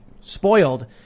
spoiled